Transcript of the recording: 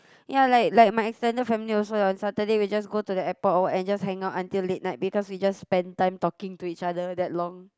ya like like my extended family also on Saturday we just go to the airport or what and just hang out until late night because we just spend time talking to each other that long